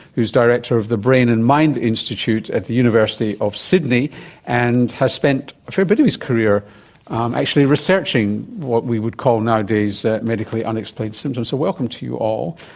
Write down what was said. who is director of the brain and mind institute at the university of sydney and has spent a fair bit of his career actually researching what we would call nowadays medically unexplained symptoms. so, welcome to you all.